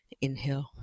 inhale